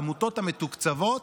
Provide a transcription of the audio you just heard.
העמותות המתוקצבות